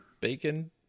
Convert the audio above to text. bacon